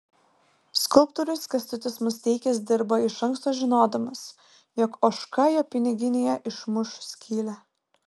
skulptorius kęstutis musteikis dirba iš anksto žinodamas jog ožka jo piniginėje išmuš skylę